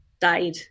died